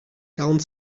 quarante